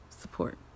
support